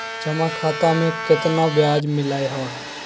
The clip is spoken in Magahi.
जमा खाता में केतना ब्याज मिलई हई?